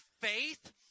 faith